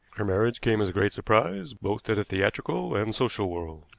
her marriage came as a great surprise, both to the theatrical and social world